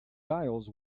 giles